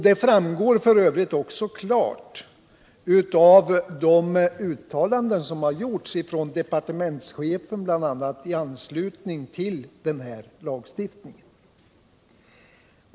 Det framgår f. ö. också klart av de uttalanden som departementschefen gjort, bl.a. i anslutning till hyreslagstiftningens tillkomst.